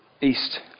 east